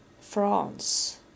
France